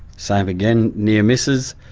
same again, near misses.